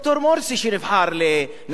שנבחר לנשיא מצרים.